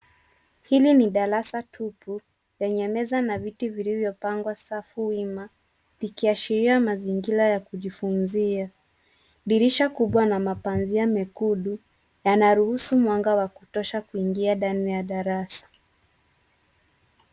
Hili ni darasa tupu lenye meza na viti vilivyo pangwa safu wima likiashiria mazingira ya kujifunzia. Dirisha kubwa na mapazia mekundu yana ruhusu mwanga wa kutosha kuingia ndani ya darasa.